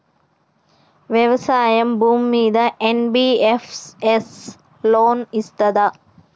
వ్యవసాయం భూమ్మీద NBFS loan ఇస్తదా?